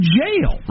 jail